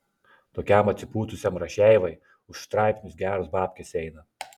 tokiam atsipūtusiam rašeivai už straipsnius geros babkės eina